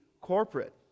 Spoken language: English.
corporate